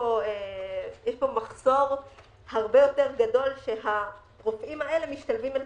יש פה מחסור הרבה יותר גדול שהרופאים האלה משתלבים לתוכו.